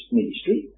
ministry